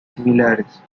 similares